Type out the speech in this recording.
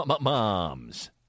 mom's